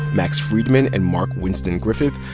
max freedman and mark winston griffith.